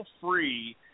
free